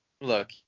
Look